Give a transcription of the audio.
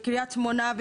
בקריית שמונה,